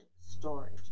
storage